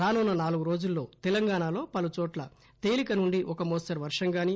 రానున్న నాలుగు రోజుల్లో తెలంగాణలో పలుచోట్ల తేలిక నుంచి ఒక మోస్తరు వర్షంగానీ